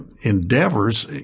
endeavors